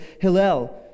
Hillel